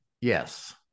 yes